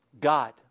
God